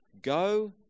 Go